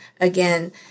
again